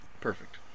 Perfect